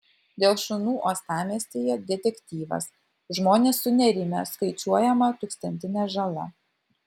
dėl šunų uostamiestyje detektyvas žmonės sunerimę skaičiuojama tūkstantinė žala